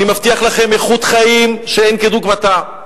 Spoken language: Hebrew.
אני מבטיח לכם איכות חיים שאין כדוגמתה.